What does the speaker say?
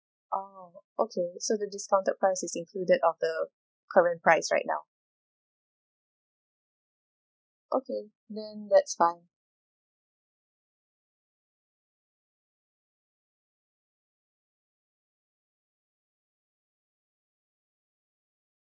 oh okay so the discounted price is included of the current price right now okay then that's fine